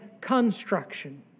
construction